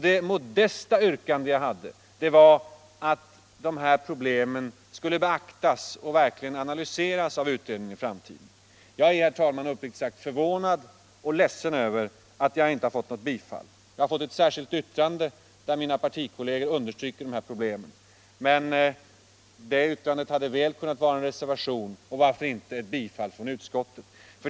Det modesta yrkande jag hade var att dessa problem skulle beaktas och verkligen analyseras av utredningen. Jag är, herr talman, uppriktigt sagt förvånad och ledsen över att motionen inte har tillstyrkts. Jag har fått ett särskilt yttrande, där mina partikolleger understryker vikter av dessa problem. Det yttrandet hade mycket väl kunnat vara en reservation, eller varför inte en tillstyrkan av utskottet.